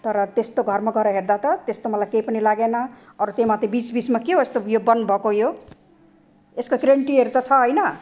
तर त्यस्तो घरमाा गएर हेर्दा त त्यस्तो मलाई केही पनि लागेन अरू त्यही माथि बिच बिचमा के हो यस्तो यो बन्द भएको यो यसको ग्यारेन्टीहरू त छ होइन